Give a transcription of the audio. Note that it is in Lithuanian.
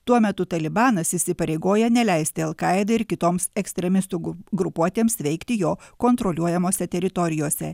tuo metu talibanas įsipareigoja neleisti al kaidai ir kitoms ekstremistų grupuotėms veikti jo kontroliuojamose teritorijose